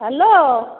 hello